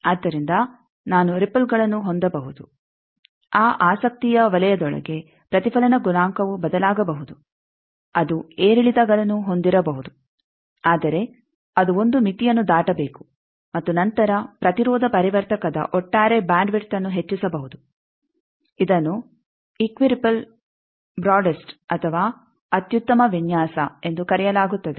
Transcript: ಆದ್ದರಿಂದ ನಾನು ರಿಪಲ್ಗಳನ್ನು ಹೊಂದಬಹುದು ಆ ಆಸಕ್ತಿಯ ವಲಯದೊಳಗೆ ಪ್ರತಿಫಲನ ಗುಣಾಂಕವು ಬದಲಾಗಬಹುದು ಅದು ಏರಿಳಿತಗಳನ್ನು ಹೊಂದಿರಬಹುದು ಆದರೆ ಅದು ಒಂದು ಮಿತಿಯನ್ನು ದಾಟಬೇಕು ಮತ್ತು ನಂತರ ಪ್ರತಿರೋಧ ಪರಿವರ್ತಕದ ಒಟ್ಟಾರೆ ಬ್ಯಾಂಡ್ ವಿಡ್ತ್ಅನ್ನು ಹೆಚ್ಚಿಸಬಹುದು ಇದನ್ನು ಈಕ್ವಿರಿಪಲ್ ಬ್ರೋಡೆಸ್ಟ್ ಅಥವಾ ಅತ್ಯುತ್ತಮ ವಿನ್ಯಾಸ ಎಂದು ಕರೆಯಲಾಗುತ್ತದೆ